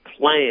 plan